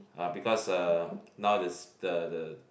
uh because uh now the the the